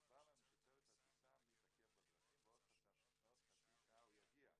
הוסבר לנו שצוות הטיסה מתעכב בדרכים ועוד חצי שעה הוא יגיע.